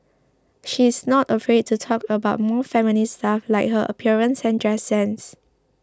she is not afraid to talk about more feminine stuff like her appearance and dress sense